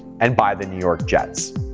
and buy the new york jets.